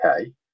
okay